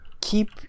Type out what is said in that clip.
keep